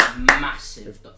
massive